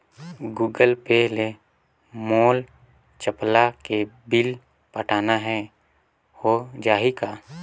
Google pay ले मोल चपला के बिल पटाना हे, हो जाही का?